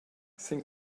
sin